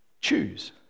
choose